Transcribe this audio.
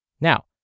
Now